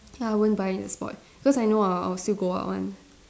so I won't buy on the spot cause I know I'll I'll still go out one